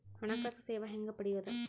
ಹಣಕಾಸು ಸೇವಾ ಹೆಂಗ ಪಡಿಯೊದ?